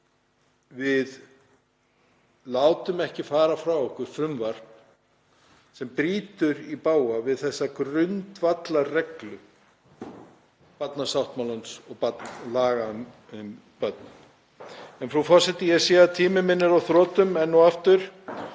við látum ekki fara frá okkur frumvarp sem brýtur í bága við þessa grundvallarreglu barnasáttmálans og laga um börn. Frú forseti. Ég sé að tími minn er á þrotum enn og aftur